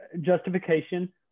justification